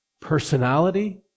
personality